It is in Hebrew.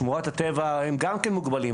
שמורת הטבע הם גם כן מוגבלים.